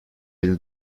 elli